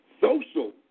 social